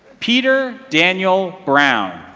peter daniel brown.